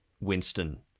winston